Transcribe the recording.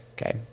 Okay